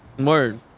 Word